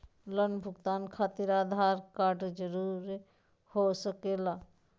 Loan भुगतान खातिर Aadhaar card जरूरी हो सके ला?